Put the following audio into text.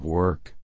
work